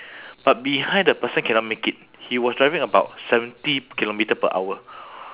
but behind the person cannot make it he was driving about seventy kilometre per hour